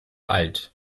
alt